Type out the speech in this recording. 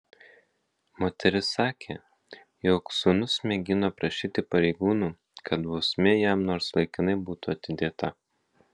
moteris sakė jog sūnus mėgino prašyti pareigūnų kad bausmė jam nors laikinai būtų atidėta